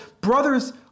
brothers